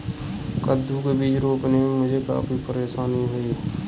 कद्दू के बीज रोपने में मुझे काफी परेशानी हुई